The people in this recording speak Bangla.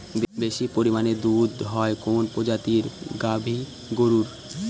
বেশি পরিমানে দুধ হয় কোন প্রজাতির গাভি গরুর?